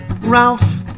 Ralph